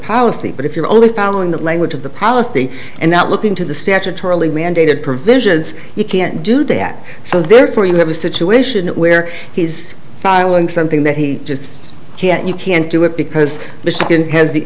policy but if you're only following the language of the policy and not looking to the statutorily mandated provisions you can't do that so therefore you have a situation where he's filing something that he just can't you can't do it because michigan has the